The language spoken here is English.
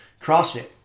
CrossFit